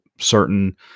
certain